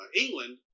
England